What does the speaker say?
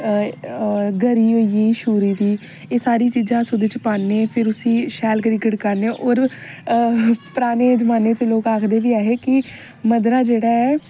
गरी होई गेई छूरी दी एह् सारियां चीजां अस ओहदे च पान्ने फिर उसी शैल करी गड़काने और हां पराने जमााने च लोग आक्खदे बी ऐ है कि मद्धरा जेहड़ा ऐ